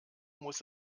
muss